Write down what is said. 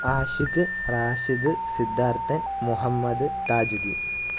Ashik Rashid Siddharthan Muhammad Thajudheen